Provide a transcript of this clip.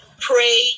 pray